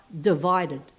divided